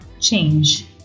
change